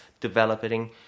developing